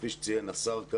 כפי שציין השר,